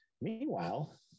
Meanwhile